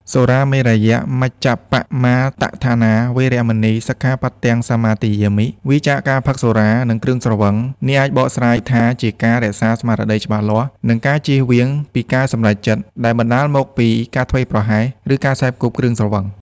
សុរាមេរយមជ្ជប្បមាទដ្ឋានា វេរមណី សិក្ខាបទំ សមាទិយាមិ វៀរចាកការផឹកសុរា និងគ្រឿងស្រវឹង នេះអាចបកស្រាយថាជាការរក្សាស្មារតីច្បាស់លាស់ និងការជៀសវាងពីការសម្រេចចិត្តដែលបណ្ដាលមកពីការធ្វេសប្រហែស ឬការសេព គ្រឿងស្រវឹង។